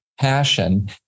passion